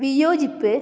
വിയോജിപ്പ്